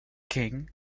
king